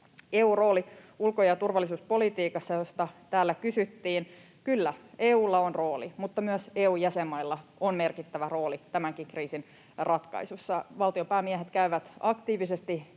EU:n rooli ulko- ja turvallisuuspolitiikassa, josta täällä kysyttiin. Kyllä, EU:lla on rooli mutta myös EU:n jäsenmailla on merkittävä rooli tämänkin kriisin ratkaisuissa. Valtionpäämiehet käyvät aktiivisesti